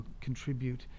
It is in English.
contribute